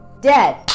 Dead